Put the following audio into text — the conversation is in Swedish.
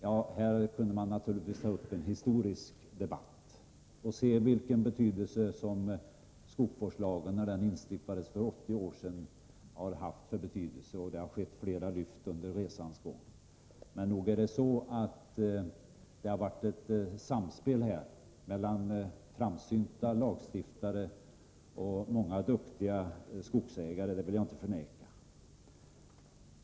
Ja, här kunde man naturligtvis ta upp en historisk debatt och se vilken betydelse skogsvårdslagen, som instiftades för 80 år sedan, har haft — och det har skett flera lyft under resans gång. Men nog är det så att det har varit ett samspel mellan framsynta lagstiftare och många duktiga skogsägare — det vill jag inte förneka.